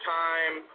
time